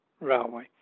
railway